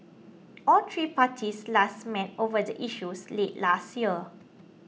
all three parties last met over the issues late last year